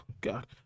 God